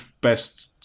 best